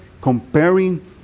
comparing